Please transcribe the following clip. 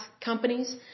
companies